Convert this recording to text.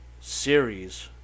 series